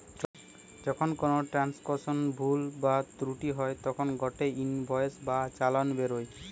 যখন কোনো ট্রান্সাকশনে ভুল বা ত্রুটি হই তখন গটে ইনভয়েস বা চালান বেরোয়